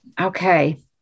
Okay